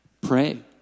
pray